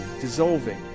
dissolving